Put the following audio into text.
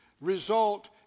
result